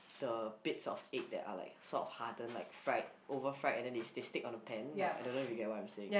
the bits of egg that are like sort of hardened like fried over fried and they stick on the pan like I don't know if you get what I'm saying